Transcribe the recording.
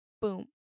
boom